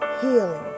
healing